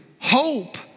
hope